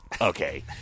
okay